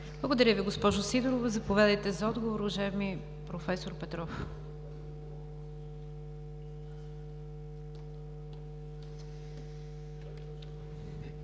Благодаря Ви, госпожо Сидорова. Заповядайте за отговор, уважаеми проф. Петров.